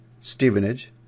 Stevenage